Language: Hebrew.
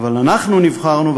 אבל אנחנו נבחרנו.